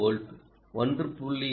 2 volt 1